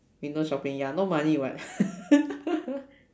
window shopping ya no money [what]